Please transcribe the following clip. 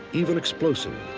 even explosive.